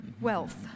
Wealth